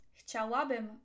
Chciałabym